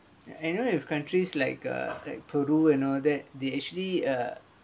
I know of countries like uh like peru and all that they actually are